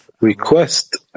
request